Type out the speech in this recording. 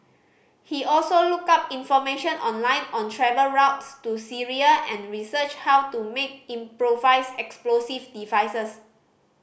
he also looked up information online on travel routes to Syria and researched how to make improvised explosive devices